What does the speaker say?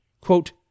quote